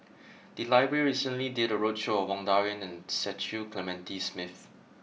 the library recently did a roadshow on Wang Dayuan and Cecil Clementi Smith